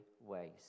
ways